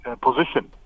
position